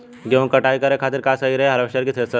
गेहूँ के कटाई करे खातिर का सही रही हार्वेस्टर की थ्रेशर?